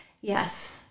Yes